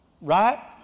right